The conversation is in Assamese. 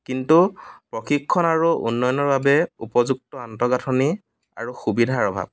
কিন্তু প্ৰশিক্ষণ আৰু উন্নয়নৰ বাবে উপযুক্ত আন্তঃগাঁথনি আৰু সুবিধাৰ অভাৱ